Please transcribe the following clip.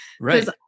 right